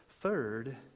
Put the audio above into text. Third